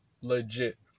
legit